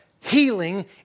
healing